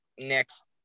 next